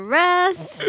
rest